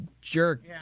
jerk